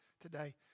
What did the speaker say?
today